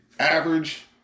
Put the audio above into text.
Average